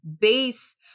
base